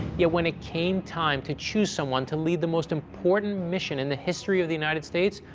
yet when it came time to choose someone to lead the most important mission in the history of the united states,